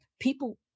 people